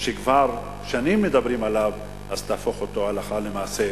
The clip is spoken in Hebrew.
כבר שנים מדברים עליו, אז תהפוך אותו הלכה למעשה.